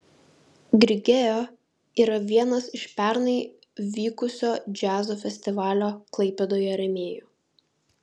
grigeo yra vienas iš pernai vykusio džiazo festivalio klaipėdoje rėmėjų